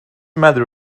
matter